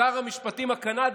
שר המשפטים הקנדי,